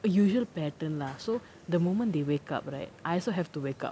usual pattern lah so the moment they wake up right I also have to wake up